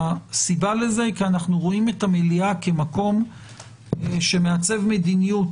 הסיבה כי אנו רואים את המליאה כמקום שמעצב מדיניות,